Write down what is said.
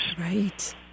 Right